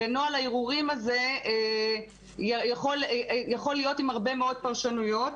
ונוהל הערעורים הזה יכול להיות עם הרבה מאוד פרשנויות.